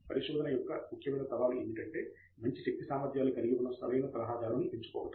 పరిశోధన యొక్క ముఖ్యమైన సవాలు ఏమిటంటే మంచి శక్తి సామర్ధ్యాలు కలిగి ఉన్న సరైన సలహాదారుని ఎంచుకోవడం